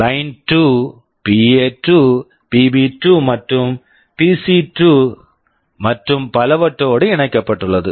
லைன்2 line2 பிஎ2 PA2 பிபி2 PB2 மற்றும் பிசி2 PC2 மற்றும் பலவற்றோடு இணைக்கப்பட்டுள்ளது